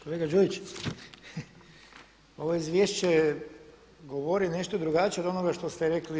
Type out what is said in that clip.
Kolega Đujić, ovo izvješće govori nešto drugačije od onoga što ste rekli vi.